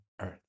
earth